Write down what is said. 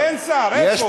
אין שר, איפה?